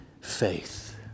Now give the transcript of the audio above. faith